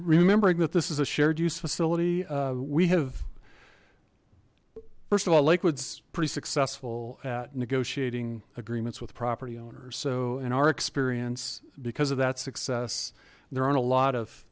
remembering that this is a shared use facility we have first of all lake woods pretty successful at negotiating agreements with property owners so in our experience because of that success there aren't a lot of